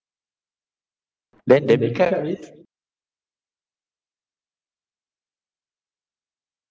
then debit card means